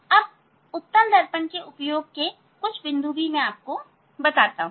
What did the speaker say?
अब उत्तल दर्पण के उपयोग के कुछ बिंदु मैं आपको बताता हूं